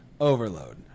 Overload